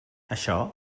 això